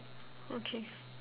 okay